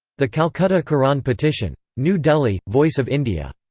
the calcutta quran petition. new delhi voice of india.